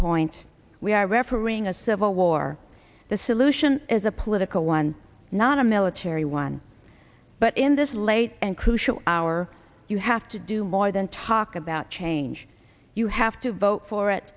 point we are refereeing a civil war the solution is a political one not a military one but in this late and crucial hour you have to do more than talk about change you have to vote for it